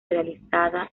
realizada